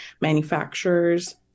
manufacturers